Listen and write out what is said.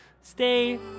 stay